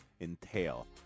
entail